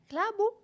Klabu